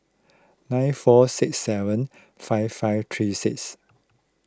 nine four six seven five five three six